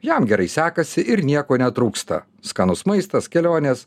jam gerai sekasi ir nieko netrūksta skanus maistas kelionės